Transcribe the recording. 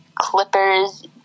Clippers